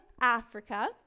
Africa